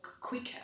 quicker